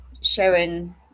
showing